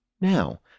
now